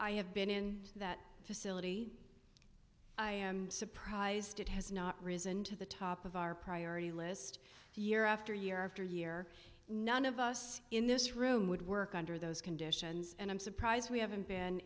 i have been in that facility i am surprised it has not risen to the top of our priority list year after year after year none of us in this room would work under those conditions and i'm surprised we haven't